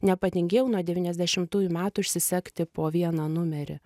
nepatingėjau nuo devyniasdešimtųjų metų išsisegti po vieną numerį